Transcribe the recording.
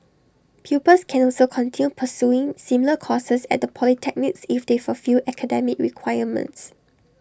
pupils can also continue pursuing similar courses at the polytechnics if they fulfil academic requirements